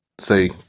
say